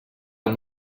amb